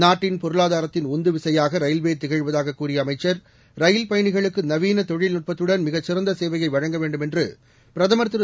நாட்டின் பொருளாதாரத்தின் உந்துவிசையாக ரயில்வே திகழ்வதாக கூறிய அமைச்சர் ரயில் பயணிகளுக்கு நவீன தொழில்நுட்பத்துடன் மிகச் சிறந்த சேவையை வழங்க வேண்டும் என்று பிரதமர் திரு